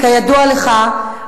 כידוע לך,